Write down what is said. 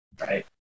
Right